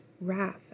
wrath